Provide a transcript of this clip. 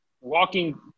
walking